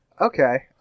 Okay